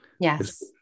Yes